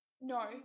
No